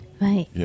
Right